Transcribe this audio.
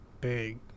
big